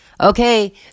Okay